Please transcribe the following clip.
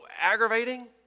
aggravating